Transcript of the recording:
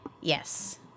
Yes